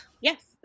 Yes